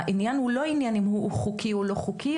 העניין הוא לא עניין אם הוא חוקי או לא חוקי,